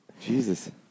Jesus